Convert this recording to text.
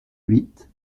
huit